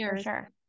sure